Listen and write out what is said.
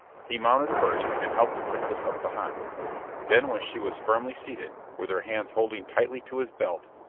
he mounted first and helped the princess up behind then, when she was firmly seated, with her hands holding tightly to his belt,